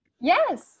Yes